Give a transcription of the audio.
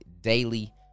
daily